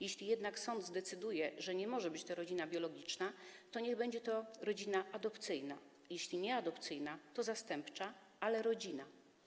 Jeśli jednak sąd zdecyduje, że nie może być to rodzina biologiczna, to niech będzie to rodzina adopcyjna, a jeśli nie adopcyjna, to zastępcza, ale rodzina.